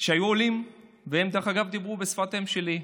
שהיו עולים, ודרך אגב, הם דיברו בשפת האם שלי,